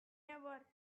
never